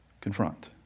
confront